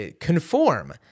conform